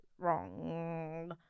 wrong